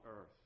earth